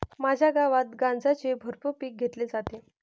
माझ्या गावात गांजाचे भरपूर पीक घेतले जाते